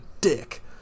dick